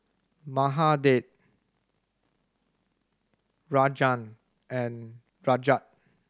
Mahade Rajan and Rajat